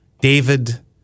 David